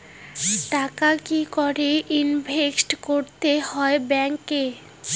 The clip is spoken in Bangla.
টাকা কি করে ইনভেস্ট করতে হয় ব্যাংক এ?